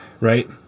Right